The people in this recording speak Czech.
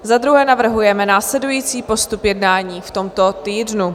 Za druhé navrhujeme následující postup jednání v tomto týdnu.